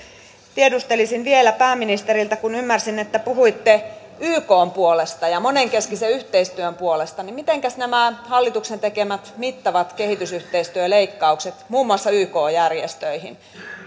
tiedustelisin vielä pääministeriltä kun ymmärsin että puhuitte ykn puolesta ja monenkeskisen yhteistyön puolesta mitenkäs nämä hallituksen tekemät mittavat kehitysyhteistyöleikkaukset muun muassa yk järjestöihin